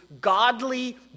godly